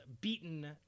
beaten